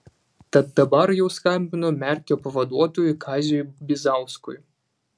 tad dabar jau skambino merkio pavaduotojui kaziui bizauskui